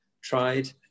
tried